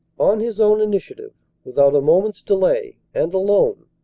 on his own initiative, with out a moment's delay, and alone,